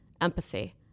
empathy